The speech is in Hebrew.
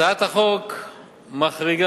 הצעת החוק מחריגה,